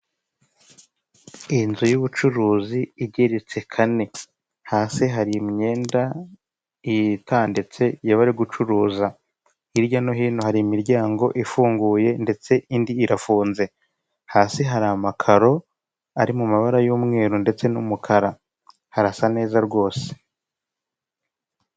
Inzu y'ubucuruzi igereritse kane. Hasi hari imyenda itanditse yo bari gucuruza. Hirya no hino hari imiryango ifunguye ndetse indi irafunze. Hasi hari amakaro ari mu mabara y'umweru ndetse n'umukara. Harasa neza rwose.